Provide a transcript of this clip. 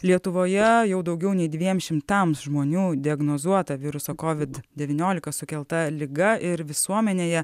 lietuvoje jau daugiau nei dviem šimtams žmonių diagnozuota viruso kovid devyniolika sukelta liga ir visuomenėje